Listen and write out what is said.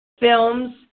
films